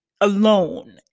alone